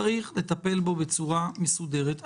צריך לטפל בו בצורה מסודרת.